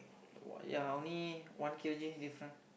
what ya only one K_G different